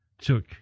took